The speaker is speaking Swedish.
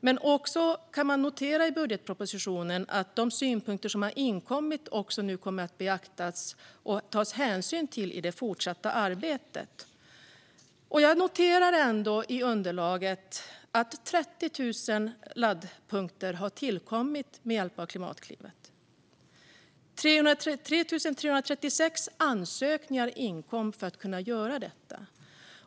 Men man kan också notera i budgetpropositionen att de synpunkter som har inkommit nu kommer att beaktas och tas hänsyn till i det fortsatta arbetet. Jag noterar i underlaget att 30 000 laddpunkter har tillkommit med hjälp av Klimatklivet. Det inkom 3 336 ansökningar för att kunna göra detta.